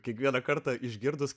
kiekvieną kartą išgirdus